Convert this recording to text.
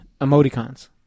emoticons